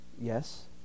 Yes